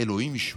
אלוהים ישמור,